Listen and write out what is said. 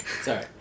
Sorry